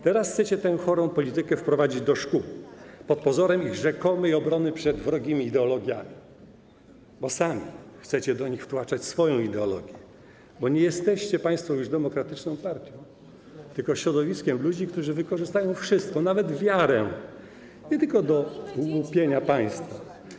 Teraz chcecie tę chorą politykę wprowadzić do szkół pod pozorem ich rzekomej obrony przed wrogimi ideologiami, bo sami chcecie do nich wtłaczać swoją ideologię, bo nie jesteście państwo już demokratyczną partią, tylko środowiskiem ludzi, którzy wykorzystają wszystko, nawet wiarę, nie tylko do łupienia państwa.